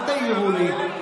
אל תעירו לי.